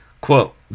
quote